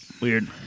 weird